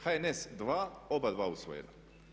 HNS 2, oba dva usvojena.